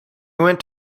went